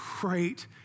great